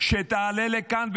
לעלות לכאן,